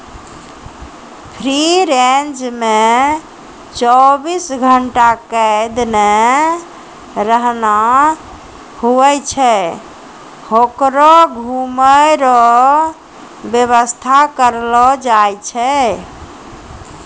free range मे चौबीस घंटा कैद नै रहना हुवै छै होकरो घुमै रो वेवस्था करलो जाय छै